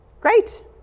Great